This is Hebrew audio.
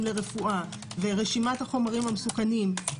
גם לרפואה ורשימת החומרים המסוכנים,